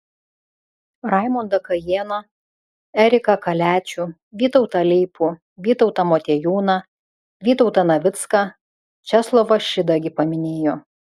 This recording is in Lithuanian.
raimondą kajėną eriką kaliačių vytautą leipų vytautą motiejūną vytautą navicką česlovą šidagį paminėjo